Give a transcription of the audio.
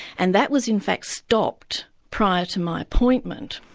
and that was in fact stopped prior to my appointment.